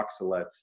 oxalates